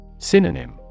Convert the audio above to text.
Synonym